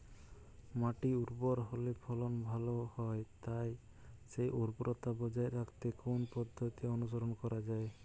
মাটি উর্বর হলে ফলন ভালো হয় তাই সেই উর্বরতা বজায় রাখতে কোন পদ্ধতি অনুসরণ করা যায়?